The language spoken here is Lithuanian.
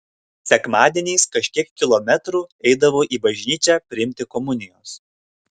sekmadieniais kažkiek kilometrų eidavo į bažnyčią priimti komunijos